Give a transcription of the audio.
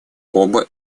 оба